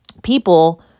people